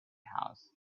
house